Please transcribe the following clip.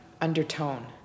undertone